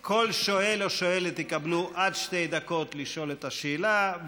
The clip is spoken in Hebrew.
כל שואל או שואלת יקבלו עד שתי דקות לשאול את השאלה,